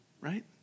right